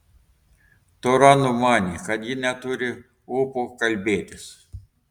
tora numanė kad ji neturi ūpo kalbėtis